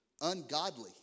ungodly